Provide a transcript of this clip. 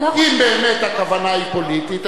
אם באמת הכוונה היא פוליטית,